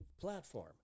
platform